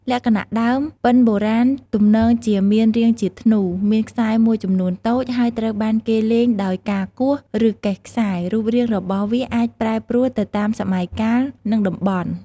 លក្ខណៈដើម ពិណបុរាណទំនងជាមានរាងជាធ្នូ មានខ្សែមួយចំនួនតូច ហើយត្រូវបានគេលេងដោយការគោះ ឬកេះខ្សែ រូបរាងរបស់វាអាចប្រែប្រួលទៅតាមសម័យកាល និងតំបន់។